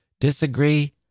Disagree